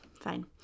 Fine